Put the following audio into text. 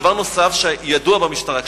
דבר נוסף שידוע במשטרה,